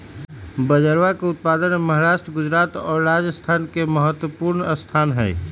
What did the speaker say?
बजरवा के उत्पादन में महाराष्ट्र गुजरात और राजस्थान के महत्वपूर्ण स्थान हई